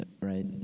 right